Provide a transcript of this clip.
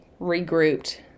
regrouped